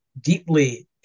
deeply